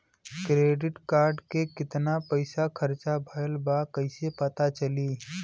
Credit card के कितना पइसा खर्चा भईल बा कैसे पता चली?